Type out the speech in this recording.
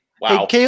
Wow